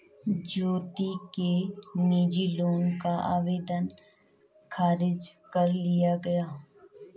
ज्योति के निजी लोन का आवेदन ख़ारिज कर दिया गया